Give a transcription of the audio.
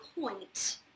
point